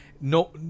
No